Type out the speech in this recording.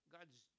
God's